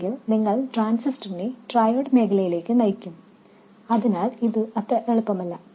അല്ലെങ്കിൽ നിങ്ങൾ ട്രാൻസിസ്റ്ററിനെ ട്രയോഡ് മേഖലയിലേക്ക് നയിക്കും അതിനാൽ അത് അത്ര എളുപ്പമല്ല